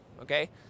okay